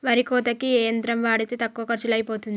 వరి కోతకి ఏ యంత్రం వాడితే తక్కువ ఖర్చులో అయిపోతుంది?